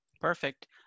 Perfect